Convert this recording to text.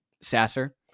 Sasser